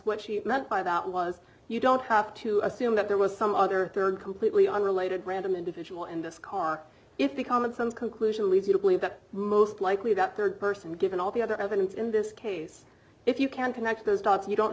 what she meant by that was you don't have to assume that there was some other rd completely unrelated random individual in this car if become of some conclusion leads you to believe that most likely got rd person given all the other evidence in this case if you can connect those dots you don't